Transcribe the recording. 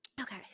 okay